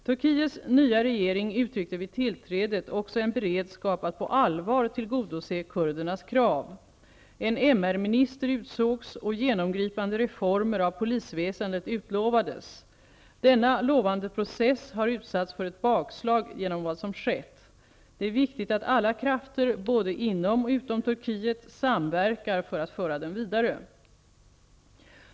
Turkiets nya regering uttryckte vid tillträdet också en beredskap att på allvar tillgodose kurdernas krav. En MR-minister utsågs, och genomgripande reformer av polisväsendet utlovades. Denna lovande process har utsatts för ett bakslag genom vad som skett. Det är viktigt att alla krafter, både inom och utom Turkiet, samverkar för att föra den vidare.